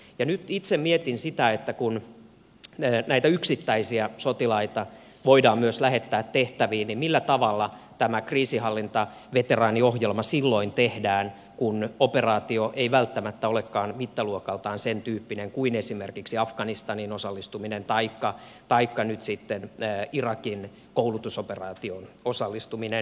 nyt itse mietin sitä että kun yksittäisiä sotilaita voidaan myös lähettää tehtäviin niin millä tavalla tämä kriisinhallintaveteraaniohjelma tehdään silloin kun operaatio ei välttämättä olekaan mittaluokaltaan sentyyppinen kuin esimerkiksi afganistaniin osallistuminen taikka nyt irakin koulutusoperaatioon osallistuminen